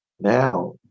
now